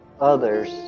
others